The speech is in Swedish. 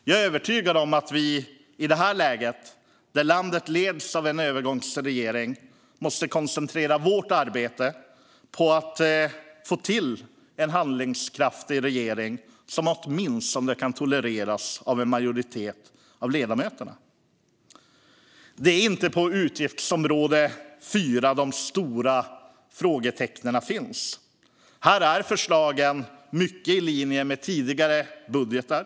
Jag är övertygad om att vi i detta läge, där landet leds av en övergångsregering, måste koncentrera vårt arbete på att få till en handlingskraftig regering som åtminstone kan tolereras av en majoritet av ledamöterna. Det är inte på utgiftsområde 4 de stora frågetecknen finns. Här är förslagen mycket i linje med tidigare budgetar.